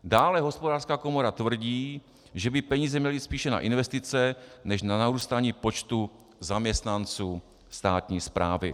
Dále Hospodářská komora tvrdí, že by peníze měly jít spíše na investice než na narůstání počtu zaměstnanců státní správy.